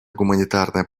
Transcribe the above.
гуманитарное